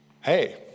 hey